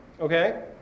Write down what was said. Okay